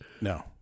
no